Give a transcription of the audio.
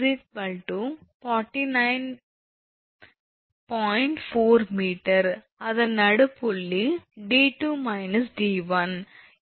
9 𝑚 அதன் நடுப்புள்ளி 𝑑2 − 𝑑1